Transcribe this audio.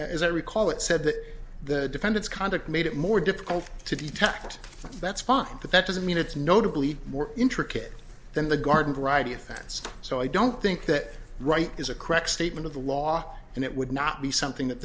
as i recall it said that the defendants conduct made it more difficult to detect that's fine but that doesn't mean it's notably more intricate than the garden variety offense so i don't think that right is a correct statement of the law and it would not be something that